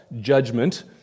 judgment